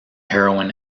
heroin